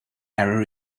error